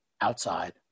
outside